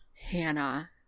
Hannah